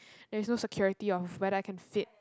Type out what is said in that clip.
there's no security of whether I can fit